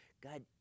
God